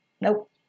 Nope